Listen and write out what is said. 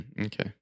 Okay